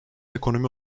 ekonomi